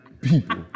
people